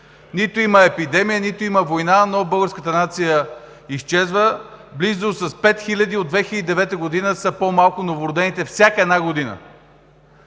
Нито има епидемия, нито има война, а българската нация изчезва. Близо с пет хиляди – от 2009 г., са по-малко новородените през всяка една година.